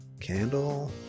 Candle